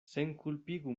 senkulpigu